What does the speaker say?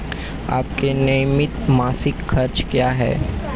आपके नियमित मासिक खर्च क्या हैं?